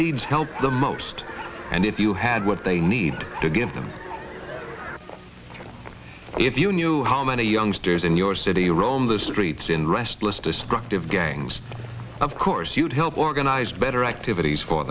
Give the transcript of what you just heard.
needs help the most and if you had what they need to give them if you knew how many youngsters in your city roam the streets in restless destructive gangs of course you'd help organize better activities for